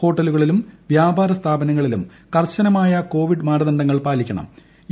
ഹോട്ടലുകളിലും വ്യാപാര സ്ഥാപനങ്ങളിലും കർശനമായ കോവിഡ് മാനദണ്ഡങ്ങൾ പാലിക്കേണ്ടതാണ്